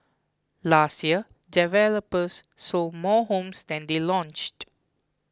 last year developers sold more homes than they launched